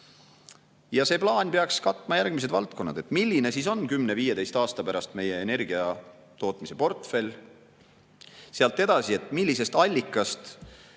See peaks katma järgmised valdkonnad: milline on 10–15 aasta pärast meie energiatootmise portfell, edasi, millisest allikast